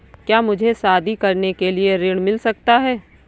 क्या मुझे शादी करने के लिए ऋण मिल सकता है?